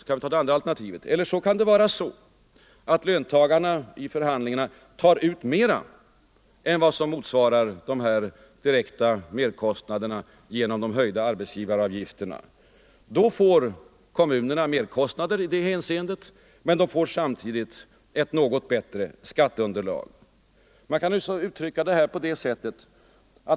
För att göra ett annat antagande kan det vara så att löntagarna i förhandlingarna med kommunerna tar ut mera än vad som svarar mot kommunernas direkta merkostnader genom de höjda arbetsgivaravgifterna. Det innebär merkostnader för kommunerna men samtidigt ett något bättre skatteunderlag.